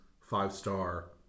five-star